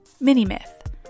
Mini-Myth